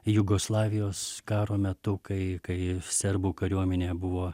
jugoslavijos karo metu kai kai serbų kariuomenė buvo